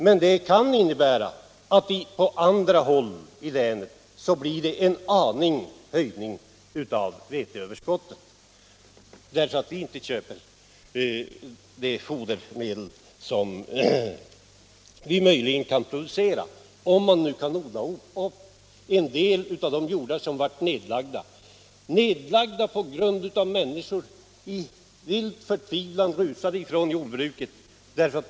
Men det kan innebära att det på andra håll i länet blir en liten ökning av veteöverskottet, därför att vi inte köper de fodermedel som vi möjligen kan producera om vi odlar upp en del av de jordar som blev nedlagda på grund av att människor i vild förtvivlan rusade från jordbruket.